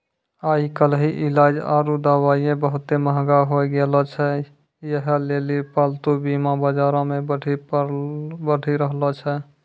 आइ काल्हि इलाज आरु दबाइयै बहुते मंहगा होय गैलो छै यहे लेली पालतू बीमा बजारो मे बढ़ि रहलो छै